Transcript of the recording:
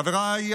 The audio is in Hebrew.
חבריי,